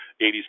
80s